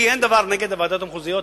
לי אין דבר נגד הוועדות המחוזיות.